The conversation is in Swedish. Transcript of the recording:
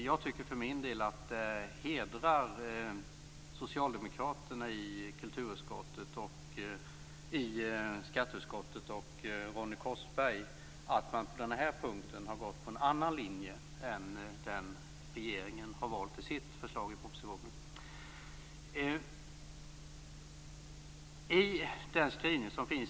Jag tycker för min del att det hedrar socialdemokraterna i kulturutskottet och i skatteutskottet och Ronny Korsberg att de på denna punkt har gått på en annan linje än den som regeringen har valt i propositionen.